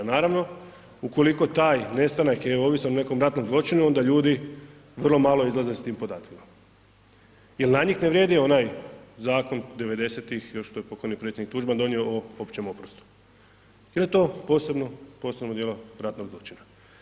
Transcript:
Naravno, ukoliko taj nestanak je ovisan o nekom ratnom zločinu onda ljudi vrlo malo izlaze s tim podacima, jer na njih ne vrijedi onaj zakon '90.-tih još što je pokojni predsjednik Tuđman donio o općem oprostu, jer je to posebno, posebno djelo ratnog zločina.